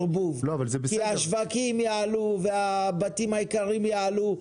השווקים יעלו והבתים היקרים יעלו.